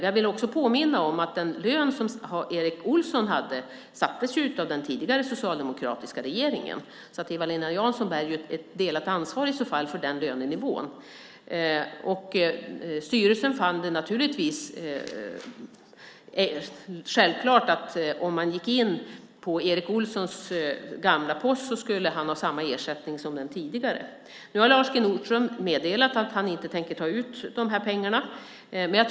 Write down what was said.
Jag vill också påminna om att den lön som Erik Olsson hade sattes av den tidigare socialdemokratiska regeringen. Eva-Lena Jansson bär i så fall ett delat ansvar för den lönenivån. Styrelsen fann det självklart att den som gick in på Erik Olssons gamla post skulle ha samma ersättning som den tidigare vd:n. Nu har Lars G. Nordström meddelat att han inte tänker ta ut pengarna.